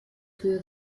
für